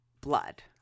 blood